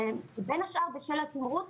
בין השאר בשל התימרוץ,